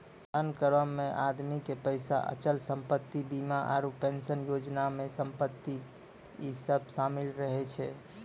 धन करो मे आदमी के पैसा, अचल संपत्ति, बीमा आरु पेंशन योजना मे संपत्ति इ सभ शामिल रहै छै